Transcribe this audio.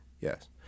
Yes